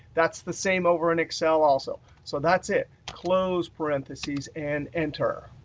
that's the same over and excel also. so that's it. close parentheses and enter.